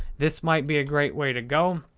this might be a great way to go.